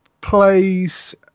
plays